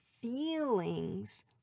feelings